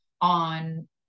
on